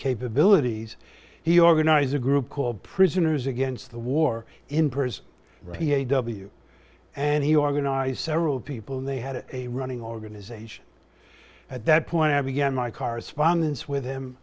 capabilities he organized a group called prisoners against the war in person ready a w and he organized several people and they had a running organization at that point i began my correspondence with him